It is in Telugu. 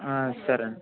సరే అండి